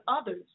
others